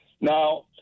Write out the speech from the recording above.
now